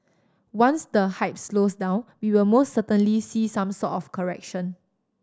once the hype slows down we will most certainly see some sort of correction